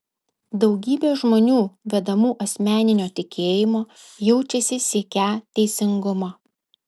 daugybė žmonių vedamų asmeninio tikėjimo jaučiasi siekią teisingumo